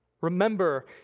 Remember